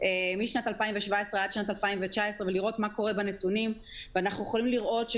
משנת 2017 עד שנת 2019 כדי לראות מה קורה עם הנתונים.